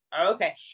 okay